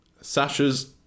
Sasha's